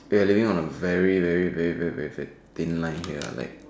we're living on a very very very very very thin line here like